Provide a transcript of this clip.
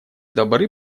добры